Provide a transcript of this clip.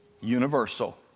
universal